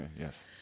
Yes